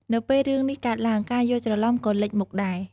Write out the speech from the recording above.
នៅពេលរឿងនេះកើតឡើង ការយល់ច្រឡំក៏លេចមុខដែរ។